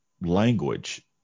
language